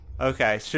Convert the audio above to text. Okay